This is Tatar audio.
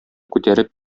күтәреп